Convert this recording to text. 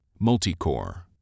Multicore